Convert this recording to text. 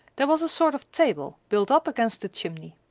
there was a sort of table built up against the chimney.